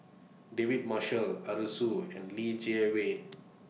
David Marshall Arasu and Li Jiawei